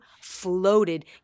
floated